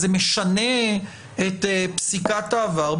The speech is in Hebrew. זה משנה את פסיקת העבר,